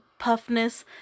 puffness